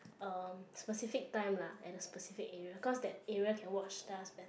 uh specific time lah at a specific area cause that area can watch stars better